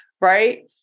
Right